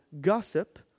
Gossip